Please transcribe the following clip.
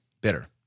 Bitter